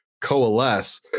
coalesce